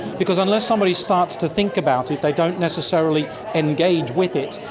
because unless somebody starts to think about it they don't necessarily engage with it,